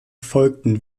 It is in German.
folgten